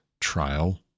trial